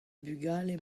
bugale